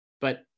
but-